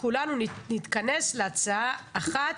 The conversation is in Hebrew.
כולנו נתכנס להצעה אחת,